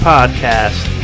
Podcast